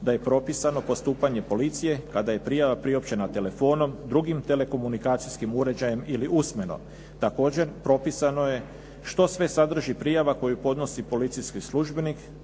da je propisano postupanje policije kada je prijava priopćena telefonom, drugim telekomunikacijskim uređajem ili usmeno. Također propisano je što sve sadrži prijava koju podnosi policijski službenik